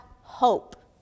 hope